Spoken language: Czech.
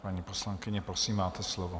Paní poslankyně, prosím, máte slovo.